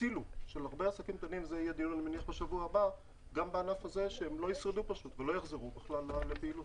הצילו של הרבה עסקים קטנים שהם לא ישרדו ולא יחזרו לפעילות.